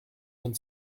von